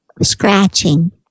scratching